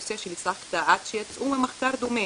בנושא של הסח דעת שיצאו ממחקר דומה.